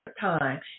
time